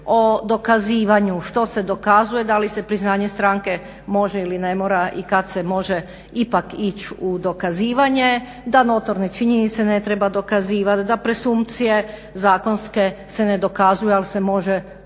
o dokazivanju što se dokazuje. Da li se priznanje stranke može ili ne mora i kad se može ipak ić u dokazivanje, da notorne činjenice ne treba dokazivati, da presumpcije zakonske se ne dokazuju, ali se može dokazivati